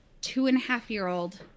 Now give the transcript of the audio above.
two-and-a-half-year-old